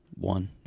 One